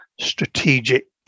strategic